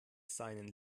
seinen